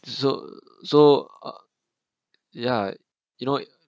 so so uh yeah you know